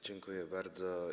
Dziękuję bardzo.